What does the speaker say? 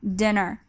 dinner